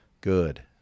Good